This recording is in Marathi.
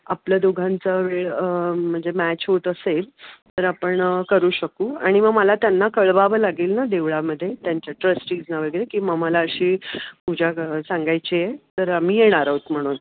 आपल्या दोघांचा वेळ म्हणजे मॅच होत असेल तर आपण करू शकू आणि मग मला त्यांना कळवावं लागेल ना देवळामध्ये त्यांच्या ट्रस्टीजना वगैरे की मग मला अशी पूजा करा सांगायची आहे तर आम्ही येणार आहोत म्हणून